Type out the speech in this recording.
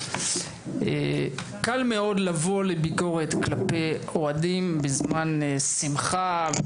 קל מאוד לבוא בביקורת כלפי אוהדים בזמן שמחה.